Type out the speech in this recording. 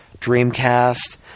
Dreamcast